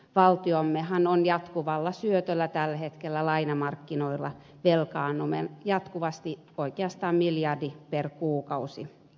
valtiommehan on jatkuvalla syötöllä tällä hetkellä lainamarkkinoilla velkaannumme jatkuvasti oikeastaan miljardi per kuukausi